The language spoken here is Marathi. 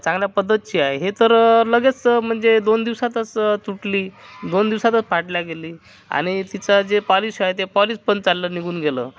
चांगल्या पद्धतीची आहे हे तर लगेच म्हणजे दोन दिवसांतच तुटली दोन दिवसातच फाटली गेली आणि तिचं जे पालीश आहे जे पॉलिश पण चाललं निघून गेलं